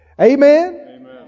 Amen